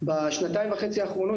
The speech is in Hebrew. בשנתיים וחצי האחרונות,